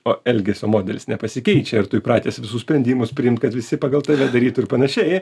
o elgesio modelis nepasikeičia ir tu įpratęs visus sprendimus priimt kad visi pagal tave darytų ir panašiai